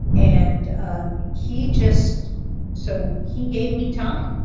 and um he just so he gave me time.